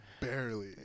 Barely